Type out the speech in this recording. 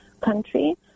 country